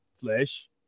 flesh